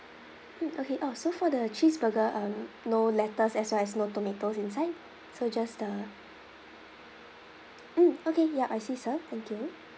mm okay orh so for the cheeseburger uh no lettuce as well as no tomatoes inside so is just the mm okay ya I see sir thank you